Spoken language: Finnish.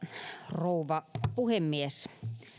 rouva puhemies